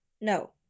No